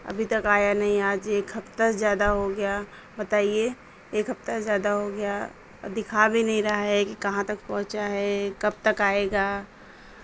ابھی تک آیا نہیں آج ایک ہفتہ زیادہ ہو گیا بتائیے ایک ہفتہ زیادہ ہو گیا اور دکھا بھی نہیں رہا ہے کہ کہاں تک پہنچا ہے کب تک آئے گا